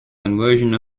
conversion